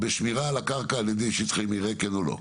בשמירה על הקרקע על ידי שטחי מרעה, כן או לא?